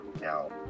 now